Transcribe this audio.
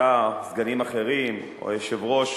אתה או סגנים אחרים או היושב-ראש